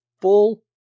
full